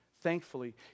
thankfully